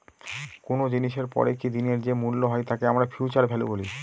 কোনো জিনিসের পরে কি দিনের যে মূল্য হয় তাকে আমরা ফিউচার ভ্যালু বলি